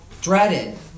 dreaded